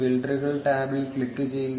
ഫിൽട്ടറുകൾ ടാബിൽ ക്ലിക്ക് ചെയ്യുക